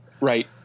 Right